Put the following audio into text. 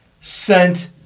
sent